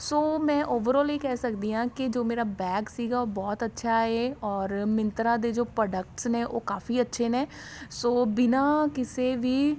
ਸੋ ਮੈਂ ਓਵਰਆਲ ਇਹ ਕਹਿ ਸਕਦੀ ਹਾਂ ਕਿ ਜੋ ਮੇਰਾ ਬੈਗ ਸੀਗਾ ਉਹ ਬਹੁਤ ਅੱਛਾ ਹੈ ਓਰ ਮਿੰਤਰਾ ਦੇ ਜੋ ਪਰੋਡਕਟਸ ਨੇ ਉਹ ਕਾਫੀ ਅੱਛੇ ਨੇ ਸੋ ਬਿਨਾਂ ਕਿਸੇ ਵੀ